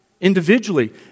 Individually